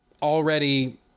already